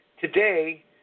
Today